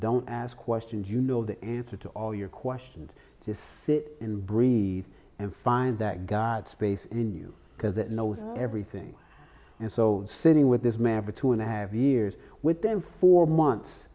don't ask questions you know the answer to all your questions to sit in breathe and find that god space in you because it knows everything and so sitting with this man for two and i have years with them for months